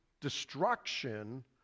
destruction